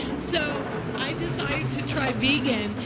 so i decided to try vegan,